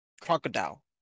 crocodile